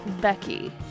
Becky